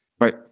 Right